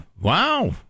Wow